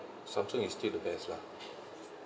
samsung is still the best lah